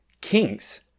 kings